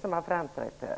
som har framträtt här?